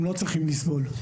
הם לא צריכים לסבול.